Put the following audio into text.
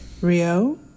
Rio